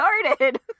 started